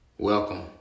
Welcome